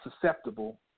Susceptible